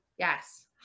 Yes